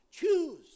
choose